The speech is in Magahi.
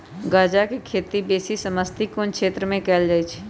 गञजा के खेती बेशी समशीतोष्ण क्षेत्र में कएल जाइ छइ